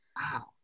wow